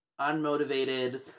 unmotivated